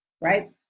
right